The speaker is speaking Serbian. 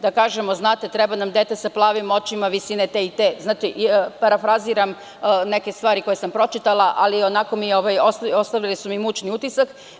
Da kažemo – znate, treba nam dete sa plavim očima, visine te i te, parafraziram neke stvari koje sam pročitala, ali ostavile su mi mučni utisak.